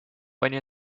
pani